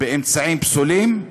באמצעים פסולים,